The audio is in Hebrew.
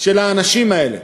של האנשים האלה,